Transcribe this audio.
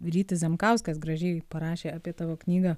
rytis zemkauskas gražiai parašė apie tavo knygą